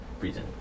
reason